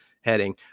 heading